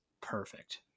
perfect